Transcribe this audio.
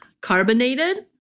carbonated